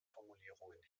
formulierungen